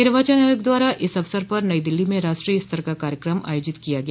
निर्वाचन आयोग द्वारा इस अवसर पर नई दिल्ली में राष्ट्रीय स्तर का कार्यक्रम आयोजित किया गया